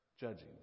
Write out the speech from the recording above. judging